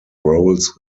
roles